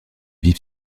vif